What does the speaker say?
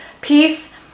peace